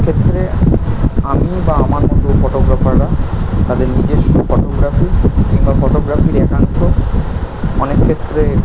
এ ক্ষেত্রে আমি বা আমার মতো এই ফটোগ্রাফাররা তাদের নিজেস্ব ফটোগ্রাফি কিংবা ফটোগ্রাফির একাংশ অনেক ক্ষেত্রে